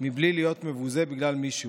מבלי להיות מבוזה בגלל מי שהוא.